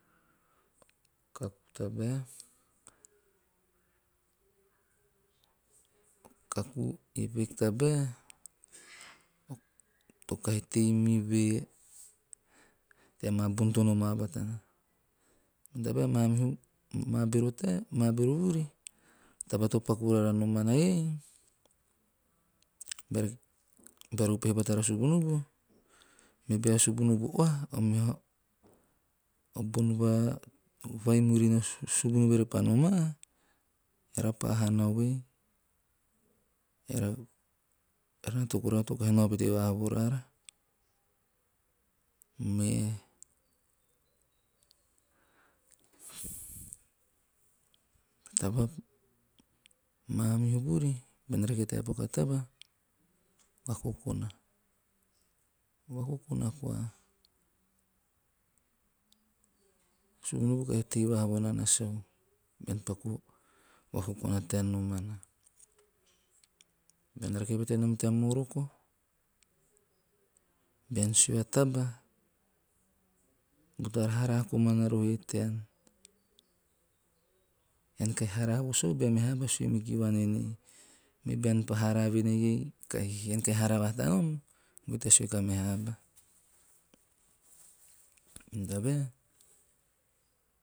Effect tabae to kahi tei mi ve tea maa bon to nomaa batana. Mene tabae mamihu, maa bero taem maa bero vuri, taba to paku nubu, me bea subunubu oha, o meha bon vai murina subunu noma eara pa hanau ei. Eara na toku rara to kahi nao vavaha pete vo raara. Me taba mamihu vuri beara rake tea paku ta taba, vakokona, vakokona koa, subunubu kahi tei vonana sau? Bean paku o vakokona tean nomana. Bean nake pete nom tea moroko, bean sue a taba, butara haraa komana roho e tean. Ean kahi haraa vosau bea meha sue mikivuan enei. Me bean pa haara voen ei ean kahi haraa vahata nom, goe tea sue kia meha aba, mene tabae.